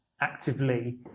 actively